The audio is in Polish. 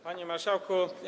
Panie Marszałku!